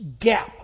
gap